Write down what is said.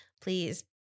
Please